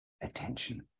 attention